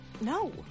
No